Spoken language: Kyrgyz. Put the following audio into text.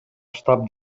штаб